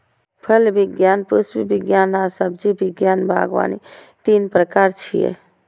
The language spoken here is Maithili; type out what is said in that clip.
फल विज्ञान, पुष्प विज्ञान आ सब्जी विज्ञान बागवानी तीन प्रकार छियै